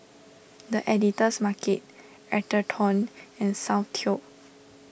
the Editor's Market Atherton and Soundteoh